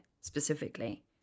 specifically